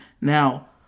Now